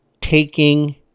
taking